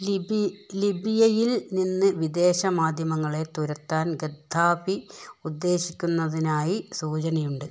ലിബി ലിബിയയിൽ നിന്ന് വിദേശ മാധ്യമങ്ങളെ തുരത്താൻ ഗദ്ദാഫി ഉദ്ദേശിക്കുന്നതായി സൂചനയുണ്ട്